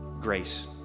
Grace